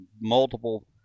multiple